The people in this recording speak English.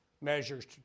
measures